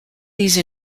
these